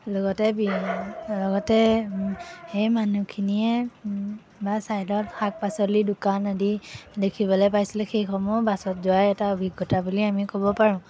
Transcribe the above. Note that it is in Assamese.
লগতে বি লগতে সেই মানুহখিনিয়ে বা ছাইডত শাক পাচলিৰ দোকান আদি দেখিবলৈ পাইছিলোঁ সেইসমূহ বাছত যোৱাৰ এটা অভিজ্ঞতা বুলি আমি ক'ব পাৰোঁ